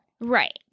Right